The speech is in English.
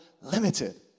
limited